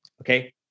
Okay